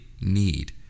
need